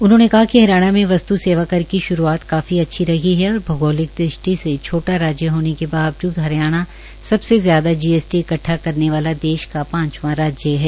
उन्होंने कहा कि हरियाणा में वस्त् सेवा कार की श्रूआत काफी अच्छी रही है और भौगोलिक दृष्टि से छोटा राज्य होने के बावजूद हरियाणा सबसे ज्यादा जीएसटी इकट्ठा करने वाला देश का पांचवां राज्य है